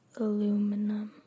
aluminum